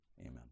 Amen